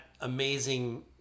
amazing